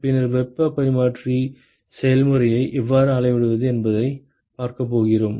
பின்னர் வெப்ப பரிமாற்ற செயல்முறையை எவ்வாறு அளவிடுவது என்பதைப் பார்க்கப் போகிறோம்